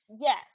yes